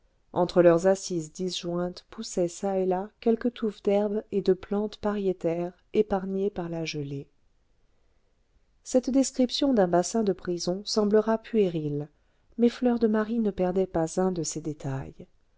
entre leurs assises disjointes poussaient çà et là quelques touffes d'herbe et de plantes pariétaires épargnées par la gelée cette description d'un bassin de prison semblera puérile mais fleur de marie ne perdait pas un de ces détails